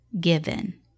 given